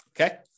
okay